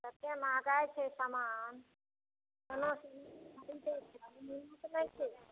ततेक महगाइ छै समान कोना की खरीदै हिम्मत नहि छै